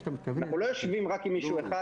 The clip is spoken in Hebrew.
אנחנו לא יושבים רק עם מישהו אחד,